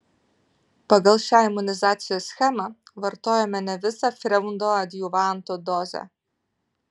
pagal šią imunizacijos schemą vartojome ne visą freundo adjuvanto dozę